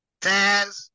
Taz